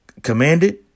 commanded